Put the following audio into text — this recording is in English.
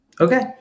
Okay